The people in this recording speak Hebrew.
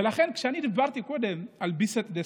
ולכן כשאני דיברתי קודם על ביסט דסטאו,